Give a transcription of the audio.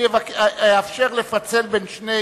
אני אאפשר לפצל בין שני